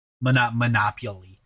Monopoly